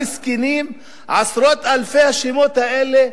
המסכנים, עשרות אלפי השמות האלה.